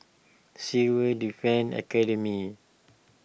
Civil Defence Academy